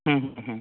হুম হুম হুম